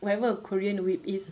whatever a korean weeb is